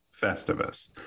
Festivus